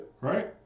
right